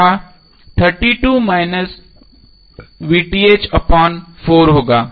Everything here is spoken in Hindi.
वह होगा